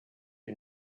who